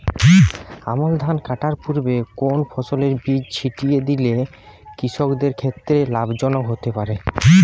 আমন ধান কাটার পূর্বে কোন ফসলের বীজ ছিটিয়ে দিলে কৃষকের ক্ষেত্রে লাভজনক হতে পারে?